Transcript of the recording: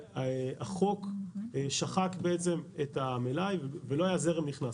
החוק שחק את המלאי ולא היה זרם נכנס.